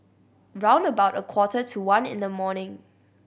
round about a quarter to one in the morning